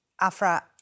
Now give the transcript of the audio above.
Afra